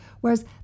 whereas